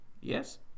Yes